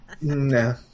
Nah